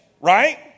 right